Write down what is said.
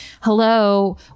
hello